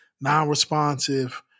non-responsive